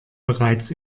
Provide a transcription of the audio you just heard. bereits